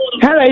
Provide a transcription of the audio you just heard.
hello